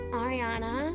ariana